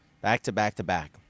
back-to-back-to-back